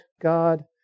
God